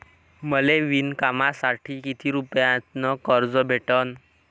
मले विणकामासाठी किती रुपयानं कर्ज भेटन?